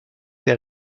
der